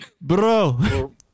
Bro